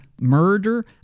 murder